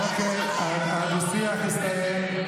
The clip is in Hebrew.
אוקיי, הדו-שיח הסתיים.